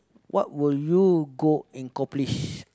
what would you go and accomplish